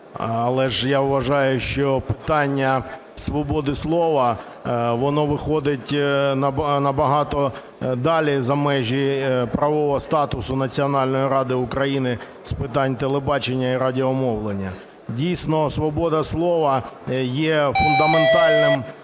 але ж я вважаю, що питання свободи слова воно виходить набагато далі за межі правового статусу Національної ради України з питань телебачення і радіомовлення. Дійсно, свобода слова є фундаментальним